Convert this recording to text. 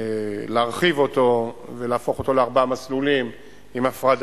להרחיב אותו ולהפוך אותו לארבעה מסלולים עם הפרדה,